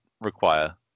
require